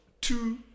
two